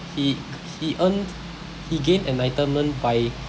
he he earned he gained enlightenment by